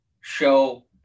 show